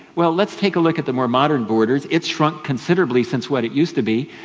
well let's take a look at the more modern borders, it's shrunk considerably since what it used to be.